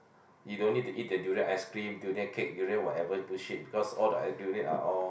you don't need to eat the durian ice cream durian cake durian whatever bullshit because all the durian are all